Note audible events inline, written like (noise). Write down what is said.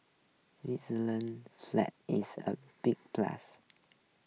Switzerland's flag is a big plus (noise)